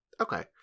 Okay